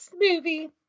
movie